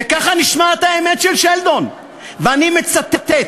וככה נשמעת האמת של שלדון, ואני מצטט: